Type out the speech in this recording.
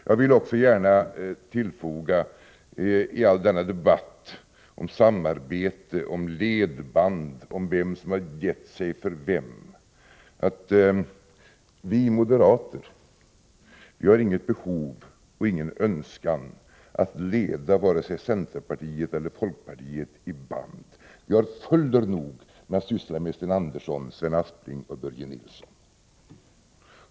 Jag vill gärna tillfoga i all denna debatt om samarbete, om ledband, om vem som har gett sig för vem att vi moderater har inget behov och ingen Önskan att leda vare sig centerpartiet eller folkpartiet i band. Vi har fuller nog med att syssla med Sten Andersson, Sven Aspling och Börje Nilsson.